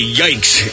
yikes